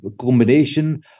combination